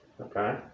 Okay